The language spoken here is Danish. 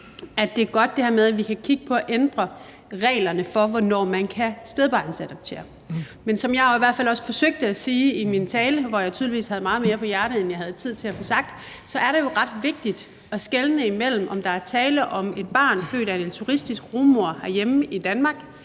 at det er godt, at vi kan kigge på at ændre reglerne for, hvornår man kan sptedbarnsadoptere. Men som jeg også forsøgte at sige i min tale, hvor jeg tydeligvis havde meget mere på hjerte, end jeg havde tid til at få sagt, så er det jo ret vigtigt at skelne imellem, om der er tale om et barn født af en altruistisk rugemor herhjemme i Danmark